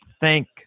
thank